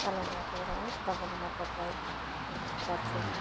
कालो माटो र जङ्गली मलको प्रयोग गर्छु